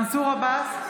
מנסור עבאס,